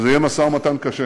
וזה יהיה משא-ומתן קשה,